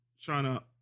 China